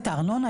את הארנונה,